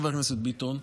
חבר הכנסת ביטון,